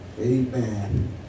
Amen